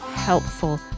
helpful